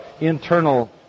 internal